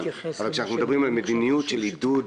אבל כשאנחנו מדברים על מדיניות של עידוד